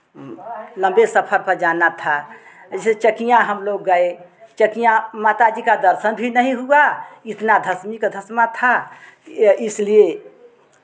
लंबे सफर पर जाना था जैसे चकियाँ हम लोग गए चकियाँ माता जी का दर्शन भी नहीं हुआ इतना धसमी का धसमा था या इसलिए